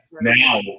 now